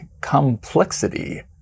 complexity